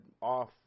off